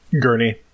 Gurney